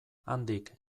handik